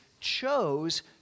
chose